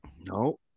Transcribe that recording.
no